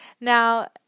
Now